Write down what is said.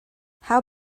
how